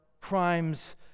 crimes